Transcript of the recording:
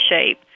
shape